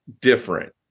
different